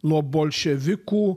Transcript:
nuo bolševikų